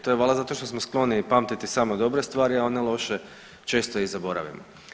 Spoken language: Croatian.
To je valjda zato što smo skloni pamtiti samo dobre stvari, a one loše često i zaboravimo.